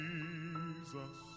Jesus